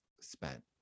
spent